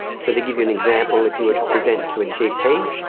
so to give you an example, if you were to present to a gp,